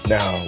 Now